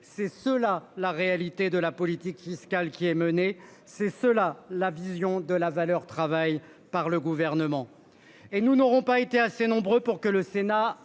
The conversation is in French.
C'est cela la réalité de la politique fiscale qui est menée, c'est cela la vision de la valeur travail par le gouvernement. Et nous n'auront pas été assez nombreux pour que le sénat